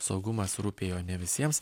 saugumas rūpėjo ne visiems